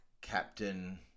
Captain